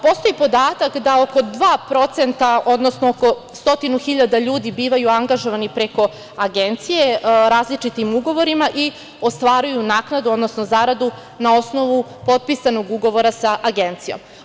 Postoji podatak da oko 2%, odnosno oko stotinu hiljada ljudi bivaju angažovani preko agencije različitim ugovorima i ostvaruju naknadu, odnosno zaradu na osnovu potpisanog ugovora sa agencijom.